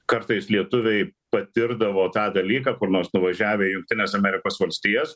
kartais lietuviai patirdavo tą dalyką kur nors nuvažiavę į jungtines amerikos valstijas